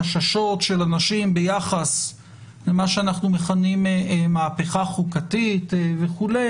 חששות של אנשים ביחס למה שאנחנו מכנים מהפכה חוקתית וכו',